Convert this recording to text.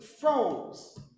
froze